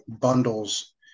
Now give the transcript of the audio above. bundles